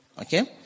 okay